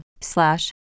slash